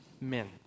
men